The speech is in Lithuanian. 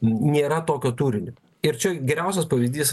nėra tokio turinio ir čia geriausias pavyzdys